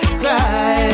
cry